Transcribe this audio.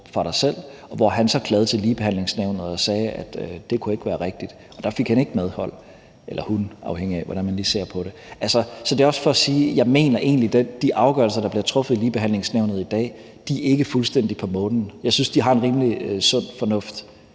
selv. Han klagede så til Ligebehandlingsnævnet og sagde, at det ikke kunne være rigtigt, og der fik han – eller hun, afhængigt af, hvordan man lige ser på det – ikke medhold. Så det er også for at sige, at jeg egentlig mener, at de afgørelser, der bliver truffet i Ligebehandlingsnævnet i dag, ikke er fuldstændig på månen. Jeg synes, de har en rimelig sund fornuft